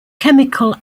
chemical